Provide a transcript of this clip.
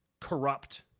corrupt